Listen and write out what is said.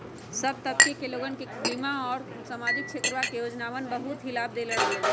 सब तबके के लोगन के बीमा और सामाजिक क्षेत्रवा के योजनावन बहुत ही लाभ दे रहले है